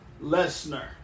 Lesnar